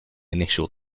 initial